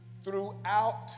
Throughout